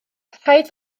rhaid